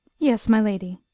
yes, my lady.